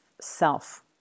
self